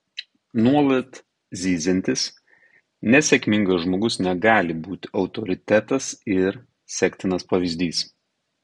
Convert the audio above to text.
nuolat zyziantis nesėkmingas žmogus negali būti autoritetas ir sektinas pavyzdys